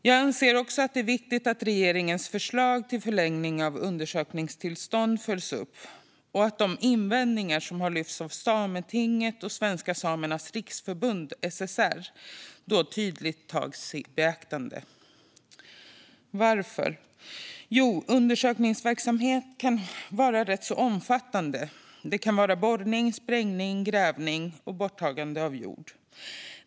Jag anser också att det är viktigt att regeringens förslag till förlängning av undersökningstillstånd följs upp och att de invändningar som har lyfts av Sametinget och Svenska Samernas Riksförbund, SSR, då tydligt tas i beaktande. Varför? Jo, undersökningsverksamhet kan vara rätt omfattande. Det kan handla om borrning, sprängning, grävning och borttagande av jord.